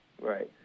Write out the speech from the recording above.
right